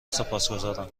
سپاسگزارم